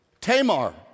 Tamar